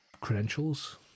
credentials